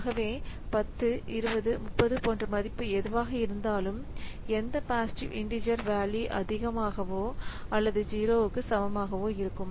ஆகவே 10 20 30 போன்ற மதிப்பு எதுவாக இருந்தாலும் எந்த பாசிட்டிவ் இண்டீஜர் வேல்யூ அதிகமாகவோ அல்லது 0 சமமாக இருக்கும்